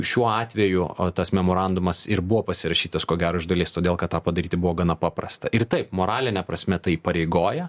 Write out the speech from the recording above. šiuo atveju o tas memorandumas ir buvo pasirašytas ko gero iš dalies todėl kad tą padaryti buvo gana paprasta ir taip moraline prasme tai įpareigoja